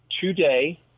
today